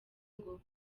ngo